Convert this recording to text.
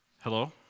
Hello